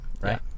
right